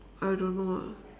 I don't know ah